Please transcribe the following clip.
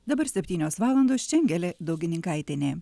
dabar septynios valandos čia angelė daugininkaitienė